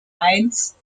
einst